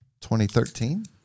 2013